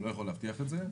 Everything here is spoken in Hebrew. אני לא יכול להבטיח את זה,